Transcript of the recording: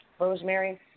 rosemary